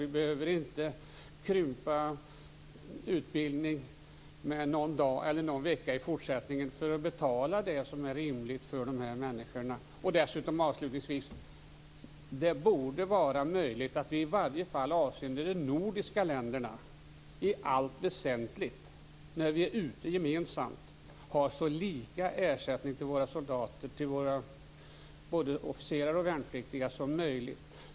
Vi skulle inte behöva krympa utbildningen med någon dag eller vecka i fortsättningen för att betala det som är rimligt för de här människorna. Avslutningsvis borde det vara möjligt att vi i varje fall avseende de nordiska länderna när vi är ute gemensamt i allt väsentligt har så lika ersättning till våra soldater - både officerare och värnpliktiga - som möjligt.